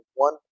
one